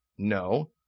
No